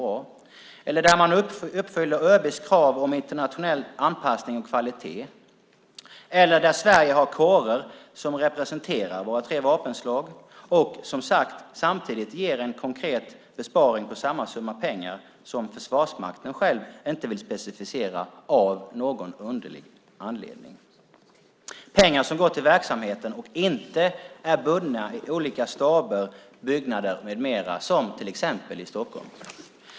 Är det inte bra om man uppfyller ÖB:s krav om internationell anpassning och kvalitet och att Sverige har kårer som representerar våra tre vapenslag? Detta ger som sagt samtidigt en konkret besparing på samma summa pengar som Försvarsmakten själv inte vill specificera av någon underlig anledning. Det är pengar som går till verksamheten och inte är bundna i olika staber och byggnader med mera till exempel i Stockholm.